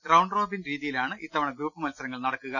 round robin രീതിയിലാണ് ഇത്തവണ group മത്സരങ്ങൾ നട ക്കുക